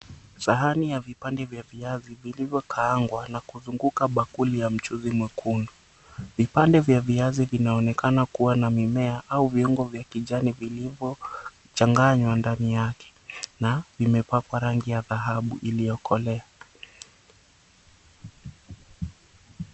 Sahani ya vipande vya viazi vilivyo kaangwa na kuzunguka bakuli ya mchuuzi mwekundu. Vipande vya viazi vinaonekana kuwa na mimea au viungo vya kijani vilivyo changanywa ndani yake. Na vimepakwa rangi ya dhahabu iliyo kolea.